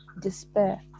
despair